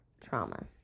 trauma